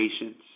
patience